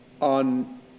on